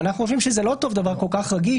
אנחנו חושבים שלא טוב שדבר כל כך רגיש